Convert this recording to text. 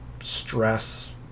stress